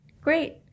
Great